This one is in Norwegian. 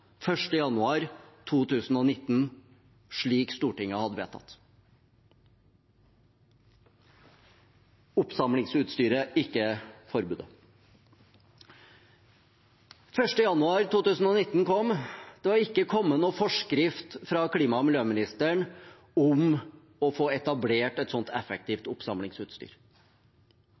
januar 2019, slik Stortinget hadde vedtatt. Den 1. januar 2019 kom, men det var ikke kommet noen forskrift fra klima- og miljøministeren om å få etablert et slikt effektivt oppsamlingsutstyr.